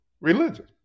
religion